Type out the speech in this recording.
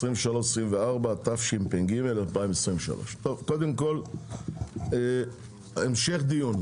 2023 ו-2024), התשפ"ג 2023. קודם כול, המשך דיון.